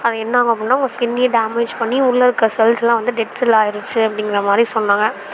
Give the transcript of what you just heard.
அது என்ன ஆகும் அப்படின்னா உங்கள் ஸ்கின்னே டேமேஜ் பண்ணி உள்ள இருக்க செல்ஸ் எல்லாம் வந்து டெத் செல் ஆகிடுச்சி அப்படிங்குற மாதிரி சொன்னாங்க